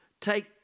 take